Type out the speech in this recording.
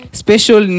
special